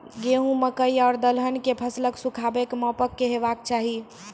गेहूँ, मकई आर दलहन के फसलक सुखाबैक मापक की हेवाक चाही?